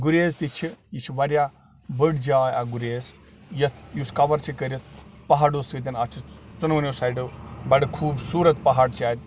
گُریز تہِ چھِ یہِ چھِ واریاہ بٔڑ جاے اَکھ گُریز یَتھ یُس کَوَر چھِ کٔرِتھ پہاڑو سۭتۍ اَتھ چھِ ژۄنؤنِیو سایڈو بَڑٕ خوٗبصوٗرت پہاڑ چھِ اَتہِ